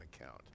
account